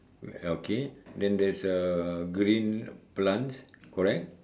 okay then there's uh green plants correct